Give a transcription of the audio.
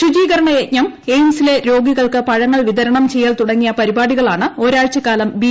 ശുചീകരണ യജ്ഞം എയിംസിലെ രോഗികൾക്ക് പഴങ്ങൾ വിതരണം ചെയ്യൽ തുടങ്ങിയ പരിപാടികളാണ് ഒരാഴ്ചക്കാലം ബി